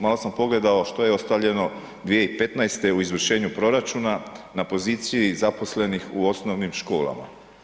Malo sam pogledao što je ostavljeno 2015. u izvršenju proračuna na poziciji zaposlenih u osnovnim školama.